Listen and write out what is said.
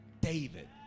David